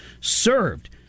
served